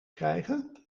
krijgen